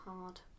hard